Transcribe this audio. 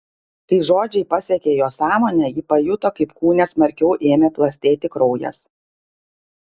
kai žodžiai pasiekė jos sąmonę ji pajuto kaip kūne smarkiau ėmė plastėti kraujas